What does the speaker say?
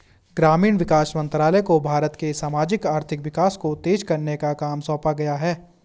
ग्रामीण विकास मंत्रालय को भारत के सामाजिक आर्थिक विकास को तेज करने का काम सौंपा गया है